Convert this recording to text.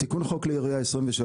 תיקון חוק כלי ירייה 2023,